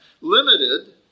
limited